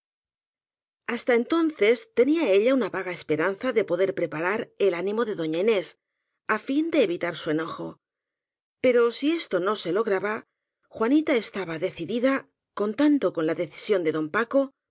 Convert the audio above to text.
hasta entonces tenía ella una vaga esperanza de poder preparar el ánimo de doña inés á fin de evitar su enojo pero si esto no se lograba juanita estaba decidida contando con la decisión de don paco